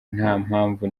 ntampamvu